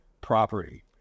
property